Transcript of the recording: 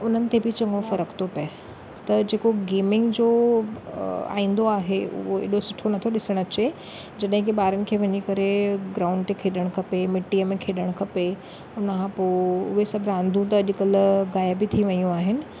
उन्हनि ते बि चङो फ़र्क़ थो पए त जेको गेमिंग जो आईंदो आहे उहो एॾो सुठो नथो ॾिसणु अचे जॾहिं की ॿारनि खे वञी करे ग्राउंड ते खेॾणु खपे मिटीअ में खेॾणु खपे उन खां पोइ उहे सभु रांदूं त अॼुकल्ह ग़ाइब ई थी वियूं आहिनि